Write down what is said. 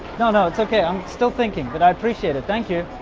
no, no, it's okay. i'm still thinking but i appreciate it. thank you.